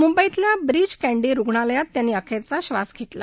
मुंबईतल्या ब्रीच कँडी रुग्णालयात त्यांनी अखेरचा श्वास घेतला